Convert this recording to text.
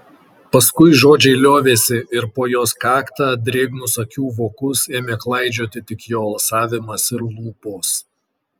paskui žodžiai liovėsi ir po jos kaktą drėgnus akių vokus ėmė klaidžioti tik jo alsavimas ir lūpos